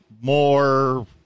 more